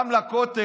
גם הכותל,